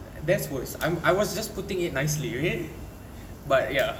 that's worst I'm I was just putting it nicely okay but ya